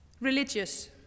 religious